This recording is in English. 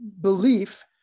belief